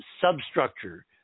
substructure